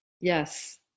Yes